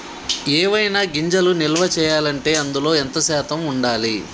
ఏవైనా గింజలు నిల్వ చేయాలంటే అందులో ఎంత శాతం ఉండాలి?